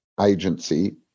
agency